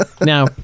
Now